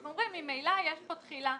אנחנו אומרים: ממילא יש פה תחילה,